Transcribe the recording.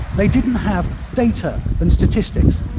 they didn't have data and statistics.